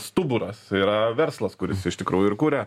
stuburas yra verslas kuris iš tikrųjų ir kuria